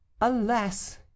alas